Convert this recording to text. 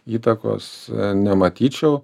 įtakos nematyčiau